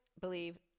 believe